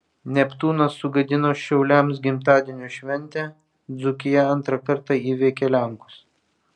neptūnas sugadino šiauliams gimtadienio šventę dzūkija antrą kartą įveikė lenkus